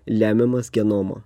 lemiamas genomo